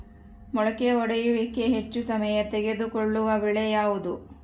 ಮೊಳಕೆ ಒಡೆಯುವಿಕೆಗೆ ಹೆಚ್ಚು ಸಮಯ ತೆಗೆದುಕೊಳ್ಳುವ ಬೆಳೆ ಯಾವುದು?